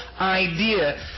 idea